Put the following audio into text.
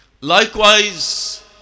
likewise